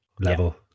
level